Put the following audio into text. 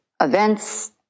events